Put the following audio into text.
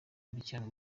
gukinira